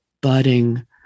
budding